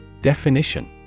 Definition